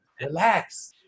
relax